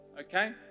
okay